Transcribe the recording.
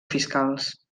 fiscals